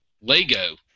Lego